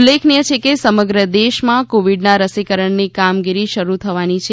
ઉલ્લેખનિય છે કે સમગ્ર દેશમાં કોવીડના રસીકરણની કામગીરી શરૂ થવાની છે